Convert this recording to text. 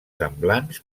semblants